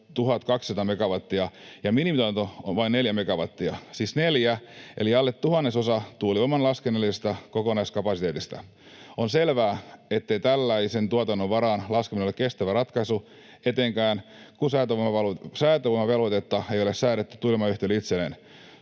1 200 megawattia ja minimituotanto on vain neljä megawattia — siis neljä eli alle tuhannesosa tuulivoiman laskennallisesta kokonaiskapasiteetista. On selvää, ettei tällaisen tuotannon varaan laskeminen ole kestävä ratkaisu, etenkään kun säätövoimavelvoitetta ei ole säädetty tuulivoimayhtiöille itselleen.